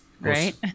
Right